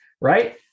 right